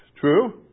True